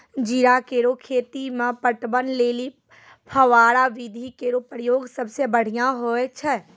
जीरा केरो खेती म पटवन लेलि फव्वारा विधि केरो प्रयोग सबसें बढ़ियां होय छै